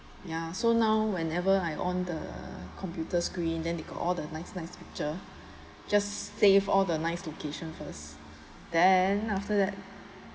ya so now whenever I on the the computer screen then they got all the nice nice picture just save all the nice location first then after that